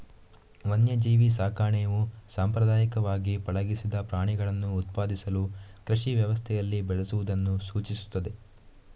ವನ್ಯಜೀವಿ ಸಾಕಣೆಯು ಸಾಂಪ್ರದಾಯಿಕವಾಗಿ ಪಳಗಿಸದ ಪ್ರಾಣಿಗಳನ್ನು ಉತ್ಪಾದಿಸಲು ಕೃಷಿ ವ್ಯವಸ್ಥೆಯಲ್ಲಿ ಬೆಳೆಸುವುದನ್ನು ಸೂಚಿಸುತ್ತದೆ